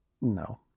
No